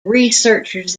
researchers